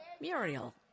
Muriel